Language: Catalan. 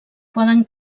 poden